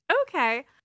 Okay